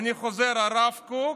אני חוזר, הרב קוק,